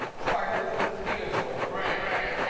sorry, that was the spears boy. right, right.